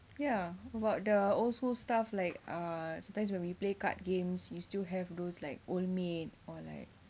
ya about the old school stuff like uh sometimes when we play card games you still have those like old maid or like